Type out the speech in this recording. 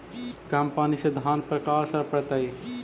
कम पनी से धान पर का असर पड़तायी?